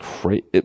great